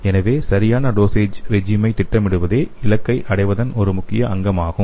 எனவே சரியான dosage regime ஐ திட்டமிடுவதே இலக்கை அடைவதன் ஒரு முக்கிய அங்கமாகும்